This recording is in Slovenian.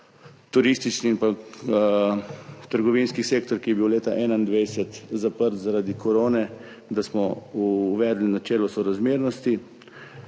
turistični in trgovinski sektor, ki je bil leta 2021 zaprt zaradi korone, da smo uvedli načelo sorazmernosti.